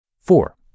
Four